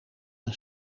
een